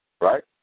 right